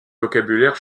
vocabulaire